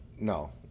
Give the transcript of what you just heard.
No